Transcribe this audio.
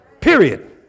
period